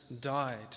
died